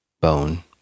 bone